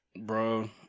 Bro